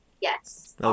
Yes